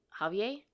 Javier